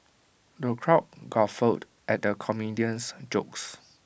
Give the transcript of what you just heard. the crowd guffawed at the comedian's jokes